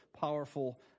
powerful